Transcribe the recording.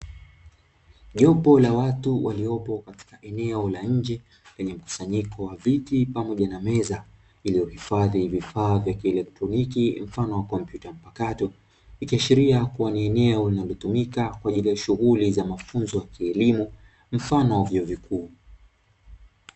Jopo la watu waliopo katika eneo la nje lenye mkusanyiko wa viti pamoja na meza vilivyohifadhi vifaa vya kieletroniki mfano wa kompyuta mpakato, ikiashiria kuwa ni eneo linalotumika kwa ajili ya shughuli za mafunzo ya kielimu mfano wa vyuo vikuu.